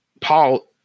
Paul